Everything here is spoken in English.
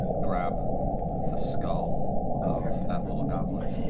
grab the skull of that little goblin